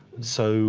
so